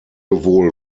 wohl